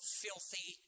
filthy